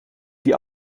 die